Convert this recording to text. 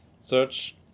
search